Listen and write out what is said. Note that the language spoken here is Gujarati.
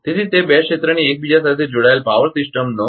તેથી તે બે ક્ષેત્રની એકબીજા સાથે જોડાયેલ પાવર સિસ્ટમનો એલ એફ સી છે